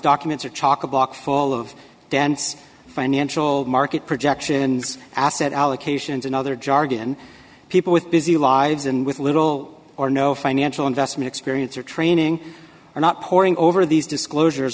documents are chock a block full of dense financial market projections asset allocations and other jargon people with busy lives and with little or no financial investment experience or training are not poring over these disclosure